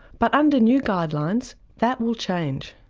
but under new guidelines that will change.